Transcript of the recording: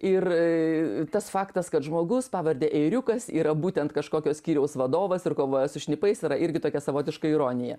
ir tas faktas kad žmogus pavarde ėriukas yra būtent kažkokio skyriaus vadovas ir kova su šnipais yra irgi tokia savotiška ironija